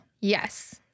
Yes